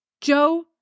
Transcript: Joe